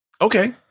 Okay